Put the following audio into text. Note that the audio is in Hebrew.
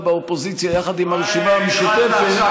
באופוזיציה יחד עם הרשימה המשותפת וכו' התחלת עכשיו,